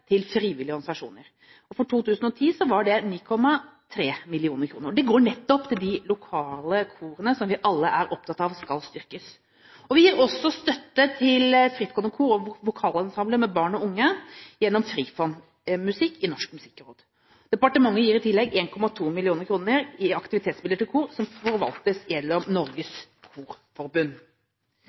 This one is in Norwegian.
til frivillige organisasjoner. For 2010 var det 9,3 mill. kr, og det går nettopp til de lokale korene, som vi alle er opptatt av skal styrkes. Vi gir også støtte til frittstående kor og vokalensembler med barn og unge gjennom Frifond musikk i Norsk musikkråd. Departementet gir i tillegg 1,2 mill. kr til aktivitetsmidler til kor som forvaltes av Norges korforbund.